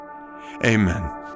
Amen